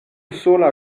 sola